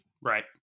Right